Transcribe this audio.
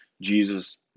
Jesus